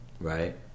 right